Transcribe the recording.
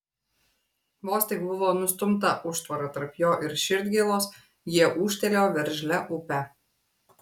vos tik buvo nustumta užtvara tarp jo ir širdgėlos jie ūžtelėjo veržlia upe